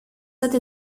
этой